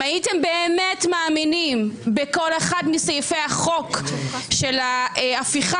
אם הייתי באמת מאמינים בכל אחד מסעיפי החוק של ההפיכה